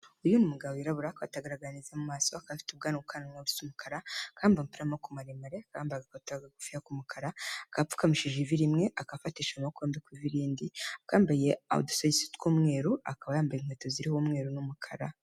Uyu mugabo wirabura aka agaraga neza mu maso, aka afite ubwanwa ku kanwa busa umukara, akaba yambaye umupira w'amaboko maremare, akaba yambaye agakabutura kagufiya k'umukara, apfukamishije ivi rimwe, akaba afatishije amaboko yombi ku ivi rindi, akaba kambayeye udusogisi tw'umweru, akaba yambaye inkweto ziriho umweru n'umukara.